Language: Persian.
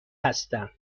هستم